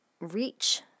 reach